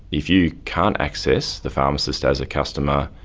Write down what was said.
if you can't access the pharmacist as a customer,